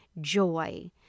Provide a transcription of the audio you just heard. joy